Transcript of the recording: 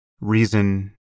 reason